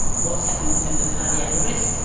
what's happening in terms of cardiac arrests,